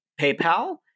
PayPal